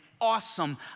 awesome